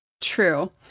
True